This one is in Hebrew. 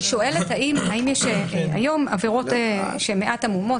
אני שואלת האם יש היום עבירות שהן מעט עמומות